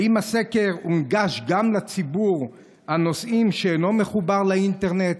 האם הסקר הונגש גם לציבור הנוסעים שאינו מחובר לאינטרנט,